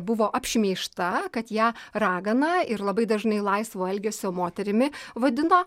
buvo apšmeižta kad ją ragana ir labai dažnai laisvo elgesio moterimi vadino